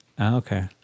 Okay